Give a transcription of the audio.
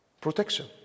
Protection